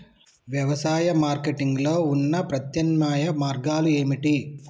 వ్యవసాయ మార్కెటింగ్ లో ఉన్న ప్రత్యామ్నాయ మార్గాలు ఏమిటి?